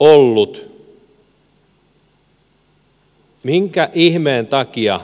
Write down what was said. ollut minkä ihmeen takia